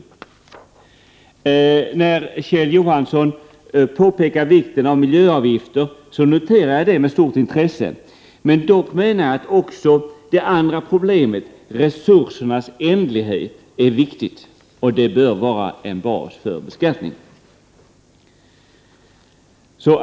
Jag noterade med stort intresse att Kjell Johansson påpekade vikten av miljöavgifter. Men då menar jag att också det andra problemet, resursernas ändlighet, är viktigt. Det bör vara en bas för beskattningen.